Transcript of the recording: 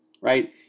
right